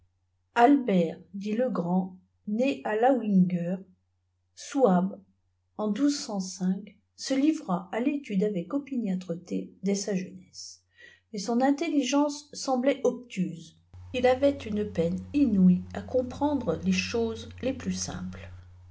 albert dit le ghând né à lawiger souabe en se livra à l'étude avec opiniâtreté dès sa jeunesse mais son intelligence semblait obtuse il avait une peine inouïe à comprendre le choses les plus simples